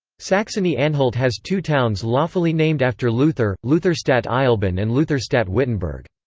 saxony-anhalt has two towns lawfully named after luther, lutherstadt eisleben and lutherstadt wittenberg.